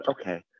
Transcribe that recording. okay